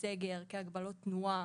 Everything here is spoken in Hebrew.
למשל סגר, הגבלות תנועה.